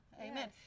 Amen